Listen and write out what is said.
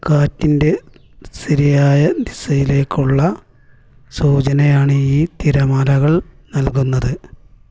കാറ്റിന്റെ ശരിയായ ദിശയിലേക്കുള്ള സൂചനയാണ് ഈ തിരമാലകൾ നൽകുന്നത്